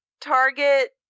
target